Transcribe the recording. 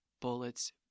bullets